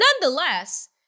Nonetheless